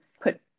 put